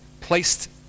placed